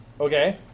Okay